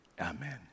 Amen